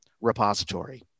repository